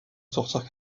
sortir